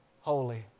holy